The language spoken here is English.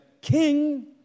King